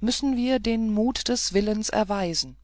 müssen wir den mut des willens erweisen